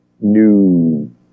new